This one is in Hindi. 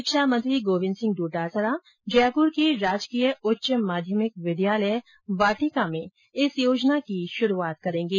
शिक्षा मंत्री गोविन्द सिंह डोटासरा जयपुर के राजकीय उच्च माध्यमिक विद्यालय वाटिका में इस योजना की शुरूआत करेंगे